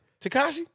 Takashi